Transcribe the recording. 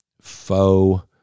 faux